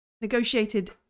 Negotiated